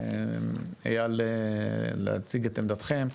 אייל, להציג את עמדתכם.